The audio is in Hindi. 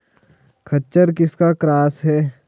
खच्चर किसका क्रास है?